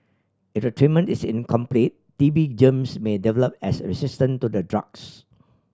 if the treatment is incomplete T B germs may develop as a resistant to the drugs